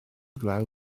glaw